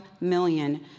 million